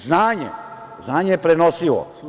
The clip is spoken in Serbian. Znanje, znanje je prenosivo.